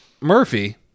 Murphy